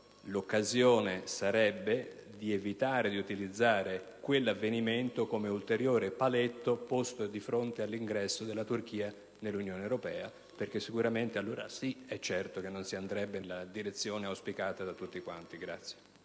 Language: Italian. l'occasione sarebbe quella di evitare di utilizzare tale avvenimento come ulteriore paletto posto di fronte all'ingresso della Turchia nell'Unione europea, perché, allora sì, è certo che non si andrebbe nella direzione auspicata da tutti quanti.